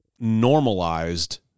normalized